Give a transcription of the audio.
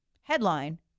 Headline